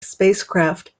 spacecraft